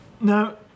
Now